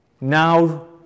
now